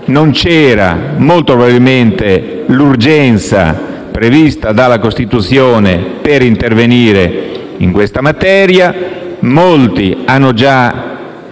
Non c'era, molto probabilmente, l'urgenza prevista dalla Costituzione per intervenire in questa materia. Molti hanno già